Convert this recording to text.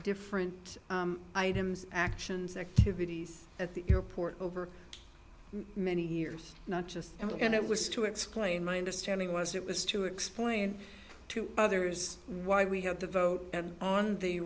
different items actions activities at the airport over many years not just in the end it was to explain my understanding was it was to explain to others why we have to vote on the